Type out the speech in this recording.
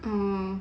um